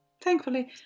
Thankfully